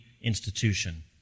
institution